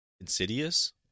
Insidious